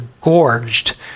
gorged